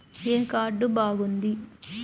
ఏ card బాగుంది?